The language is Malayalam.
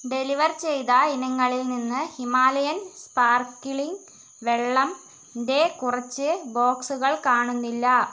ഡെലിവർ ചെയ്ത ഇനങ്ങളിൽ നിന്ന് ഹിമാലയൻ സ്പാർക്ക്ലിങ്ങ് വെള്ളത്തിന്റെ കുറച്ച് ബോക്സുകൾ കാണുന്നില്ല